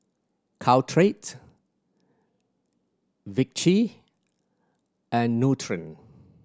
Caltrate Vichy and Nutren